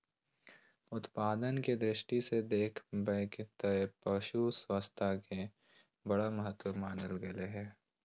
उत्पादन के दृष्टि से देख बैय त पशु स्वास्थ्य के बड़ा महत्व मानल गले हइ